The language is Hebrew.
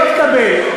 לא תקבל.